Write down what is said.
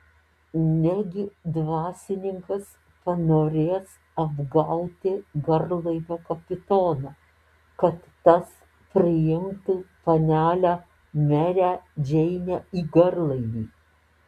negi dvasininkas panorės apgauti garlaivio kapitoną kad tas priimtų panelę merę džeinę į garlaivį